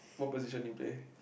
what position you play